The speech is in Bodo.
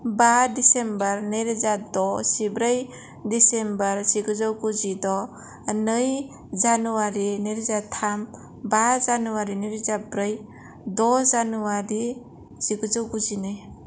बा दिसेम्बर नैरोजा द' जिब्रै दिसेम्बर जिगुजौ गुजिद' नै जानुवारि नैरोजा थाम बा जानुवारि नैरोजा ब्रै द' जानुवारि जिगुजौ गुजिनै